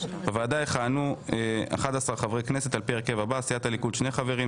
בוועדה יכהנו 11 חברי כנסת על פי ההרכב הבא: סיעת הליכוד שני חברים.